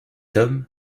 homme